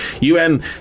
UN